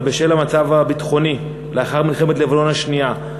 אבל בשל המצב הביטחוני לאחר מלחמת לבנון השנייה,